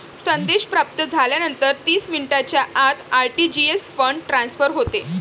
संदेश प्राप्त झाल्यानंतर तीस मिनिटांच्या आत आर.टी.जी.एस फंड ट्रान्सफर होते